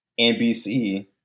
nbc